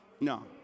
No